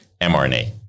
mRNA